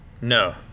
No